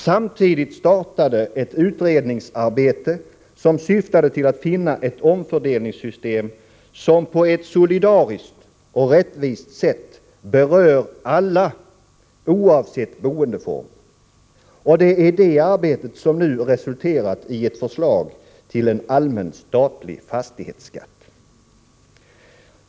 Samtidigt startade ett utredningsarbete som syftade till att finna ett omfördelningssystem som på ett solidariskt och rättvist sätt berör alla oavsett boendeform. Det är det arbetet som nu resulterat i ett förslag till en allmän statlig fastighetsskatt.